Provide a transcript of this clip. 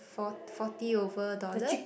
four forty over dollar